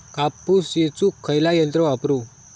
कापूस येचुक खयला यंत्र वापरू?